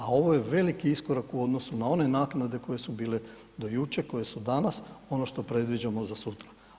A ovo je veliki iskorak u odnosu na one naknade koje su bile do jučer, koje su danas, ono što predviđamo za sutra.